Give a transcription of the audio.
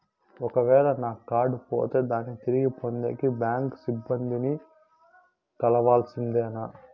ఒక వేల నా కార్డు పోతే దాన్ని తిరిగి పొందేకి, బ్యాంకు సిబ్బంది ని కలవాల్సిందేనా?